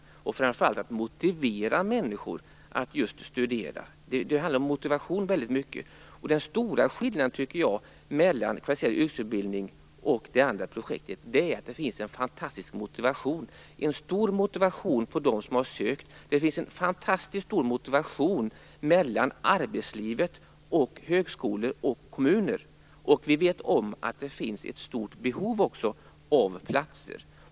Framför allt tror jag att man kommer att få svårt att motivera människor att studera. Det handlar väldigt mycket om motivation. Jag tycker att den stora skillnaden mellan Kvalificerad yrkesutbildning och andra projekt är den fantastiska motivationen. Det finns stor motivation bland dem som har sökt. Det finns en fantastisk motivation mellan arbetslivet, högskolorna och kommunerna, och vi vet också att det finns ett stort behov av platser.